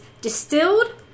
distilled